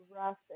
rough